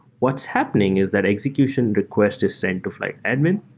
what's happening is that execution request is sent to flyte admin.